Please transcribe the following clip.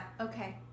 Okay